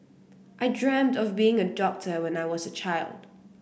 I dreamt of being a doctor when I was a child